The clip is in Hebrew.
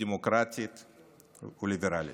דמוקרטית וליברלית.